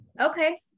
Okay